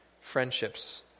friendships